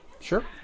sure